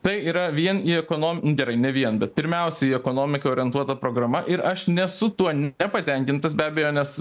tai yra vien į ekonom gerai ne vien bet pirmiausia į ekonomiką orientuota programa ir aš nesu tuo nepatenkintas be abejo nes